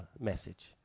message